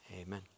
amen